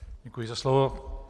Děkuji za slovo.